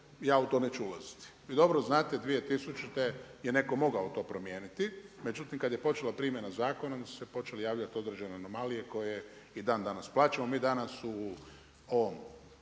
ja u to neću ulaziti. Vi dobro znate 2000. je netko mogao to promijeniti, međutim kad je počela primjena zakona, onda su se počeli javljati određene anomalije koje i dan danas plaćamo, mi danas u ovom,